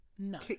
No